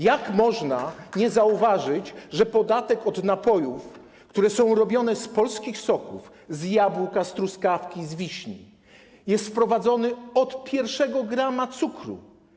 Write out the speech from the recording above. Jak można nie zauważyć, że podatek od napojów, które są robione z polskich soków, z jabłek, z truskawek, z wiśni, jest wprowadzony od pierwszego grama cukru?